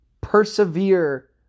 persevere